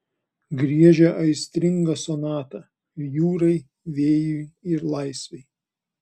griežia aistringą sonatą jūrai vėjui ir laisvei